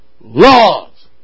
laws